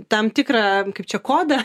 tam tikrą kaip čia kodą